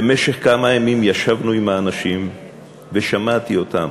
ובמשך כמה ימים ישבנו עם האנשים ושמעתי אותם,